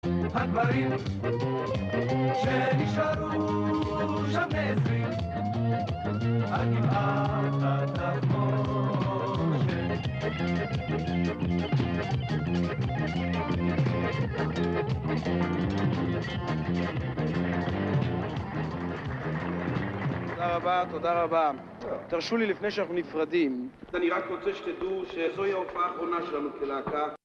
הגברים שנשארו שם בני עשרים, על גבעת התחמושת. תודה רבה, תודה רבה. תרשו לי לפני שאנחנו נפרדים, אני רק רוצה שתדעו שזוהי ההופעה האחרונה שלנו כלהקה